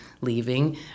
leaving